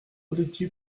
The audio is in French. poletti